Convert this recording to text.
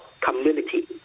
community